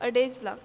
अडेज लाख